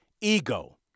Ego